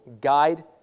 guide